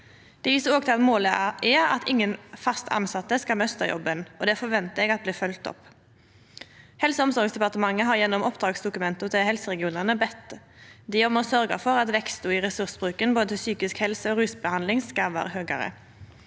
Dei viser òg til at målet er at ingen fast tilsette skal mista jobben, og det forventar eg at blir følgt opp. Helse- og omsorgsdepartementet har gjennom oppdragsdokumenta til helseregionane bedt dei om å sørgja for at veksten i ressursbruken innan både psykisk helse og rusbehandling skal vera høgare.